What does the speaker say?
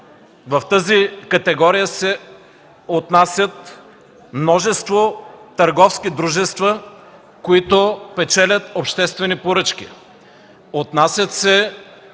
В тази категория се отнасят множество търговски дружества, които печелят обществени поръчки,